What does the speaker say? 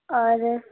اور